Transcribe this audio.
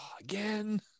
again